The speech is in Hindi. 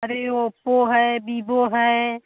अरे ओप्पो है वीवो है